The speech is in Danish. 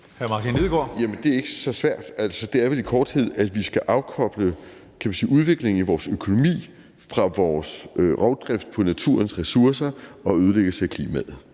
det er ikke så svært. Det er vel i korthed, at vi skal afkoble udviklingen i vores økonomi fra vores rovdrift på naturens ressourcer og ødelæggelse af klimaet.